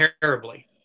terribly